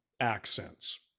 accents